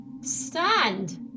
Stand